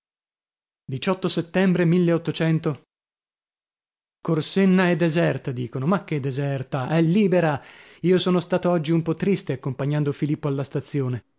settembre corsenna è deserta dicono ma che deserta è libera io sono stato oggi un po triste accompagnando filippo alla stazione